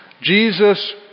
Jesus